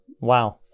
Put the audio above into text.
Wow